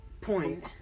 point